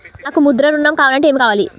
నాకు ముద్ర ఋణం కావాలంటే ఏమి కావాలి?